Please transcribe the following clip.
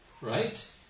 right